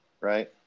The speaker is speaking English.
right